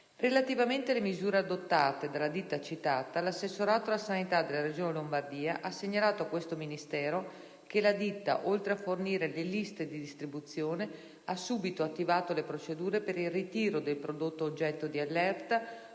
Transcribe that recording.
Relativamente alle misure adottate dalla ditta citata, l'Assessorato alla sanità della Regione Lombardia ha segnalato a questo Ministero che la ditta, oltre a fornire le liste di distribuzione, ha subito attivato le procedure per il ritiro del prodotto oggetto di allerta,